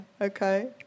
okay